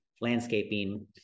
landscaping